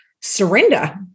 surrender